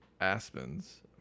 Aspen's